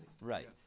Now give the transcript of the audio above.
Right